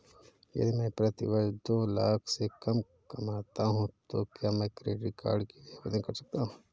यदि मैं प्रति वर्ष दो लाख से कम कमाता हूँ तो क्या मैं क्रेडिट कार्ड के लिए आवेदन कर सकता हूँ?